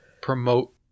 promote